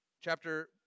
Chapter